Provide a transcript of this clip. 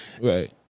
right